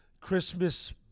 Christmas